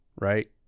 Right